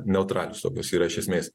neutralios tokios yra iš esmės